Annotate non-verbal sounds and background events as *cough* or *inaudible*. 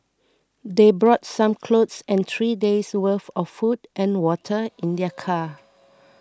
they brought some clothes and three days' worth of food and water in their car *noise*